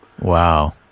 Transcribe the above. Wow